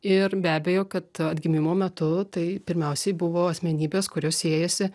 ir be abejo kad atgimimo metu tai pirmiausiai buvo asmenybės kurios siejosi